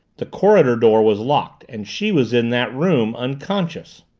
the corridor door was locked, and she was in that room unconscious!